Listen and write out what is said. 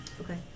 Okay